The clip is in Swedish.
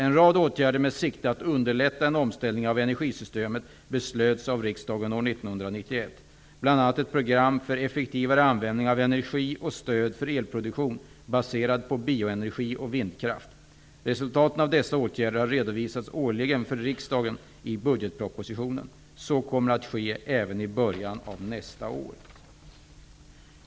En rad åtgärder med sikte på att underlätta en omställning av energisystemet beslöts av riksdagen år 1991, bl.a. ett program för effektivare användning av energi och stöd för elproduktion baserad på bioenergi och vindkraft. Resultaten av dessa åtgärder har redovisats årligen för riksdagen i budgetpropositionen. Så kommer att ske även i början av nästa år.